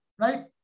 right